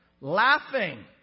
laughing